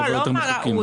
לא, לא מה ראוי.